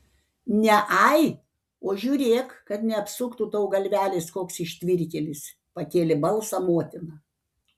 ne ai o žiūrėk kad neapsuktų tau galvelės koks ištvirkėlis pakėlė balsą motina